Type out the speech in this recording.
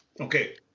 Okay